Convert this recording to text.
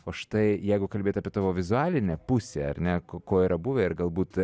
o štai jeigu kalbėt apie tavo vizualinę pusę ar ne ku ko yra buvę ir galbūt